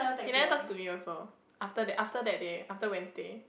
he never talk to me also after that after that day after Wednesday